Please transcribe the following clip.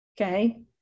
okay